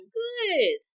good